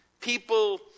People